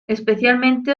especialmente